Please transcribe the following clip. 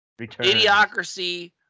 Idiocracy